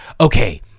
okay